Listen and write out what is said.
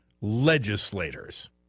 legislators